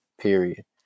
period